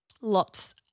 Lots